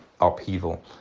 upheaval